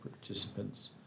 participants